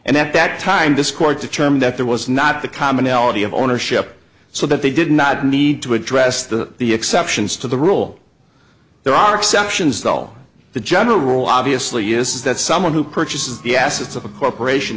and at that time discord determined that there was not the commonality of ownership so that they did not need to address the the exceptions to the rule there are exceptions to all the general rule obviously is that someone who purchases the assets of a corporation